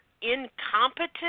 incompetent